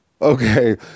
Okay